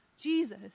Jesus